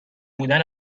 بودن